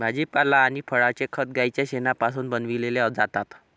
भाजीपाला आणि फळांचे खत गाईच्या शेणापासून बनविलेले जातात